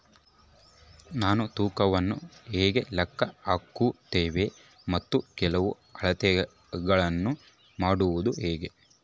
ನಾವು ತೂಕವನ್ನು ಹೇಗೆ ಲೆಕ್ಕ ಹಾಕುತ್ತೇವೆ ಮತ್ತು ಕೆಲವು ಅಳತೆಗಳನ್ನು ಮಾಡುವುದು ಹೇಗೆ?